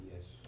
Yes